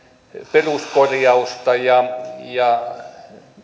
peruskorjausta ja ja